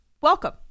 welcome